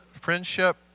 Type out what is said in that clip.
friendship